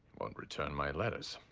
won't return my letters.